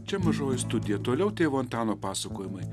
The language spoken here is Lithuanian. čia mažoji studija toliau tėvo antano pasakojimai